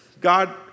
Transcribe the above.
God